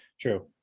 True